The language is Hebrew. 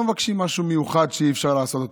אנחנו לא מבקשים משהו מיוחד שאי-אפשר לעשות אותו.